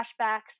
flashbacks